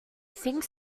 think